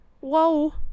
whoa